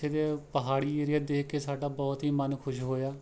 ਉੱਥੇ ਦੇ ਪਹਾੜੀ ਏਰੀਆ ਦੇਖ ਕੇ ਸਾਡਾ ਬਹੁਤ ਹੀ ਮਨ ਖੁਸ਼ ਹੋਇਆ